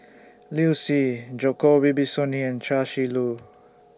Liu Si Djoko Wibisono and Chia Shi Lu